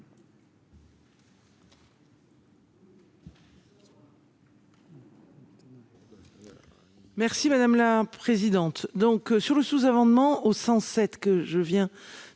Merci madame la présidente. Donc sur le sous-amendement au 107 que je viens